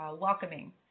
welcoming